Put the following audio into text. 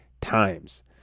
times